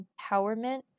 empowerment